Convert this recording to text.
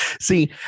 See